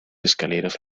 escaleras